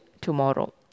tomorrow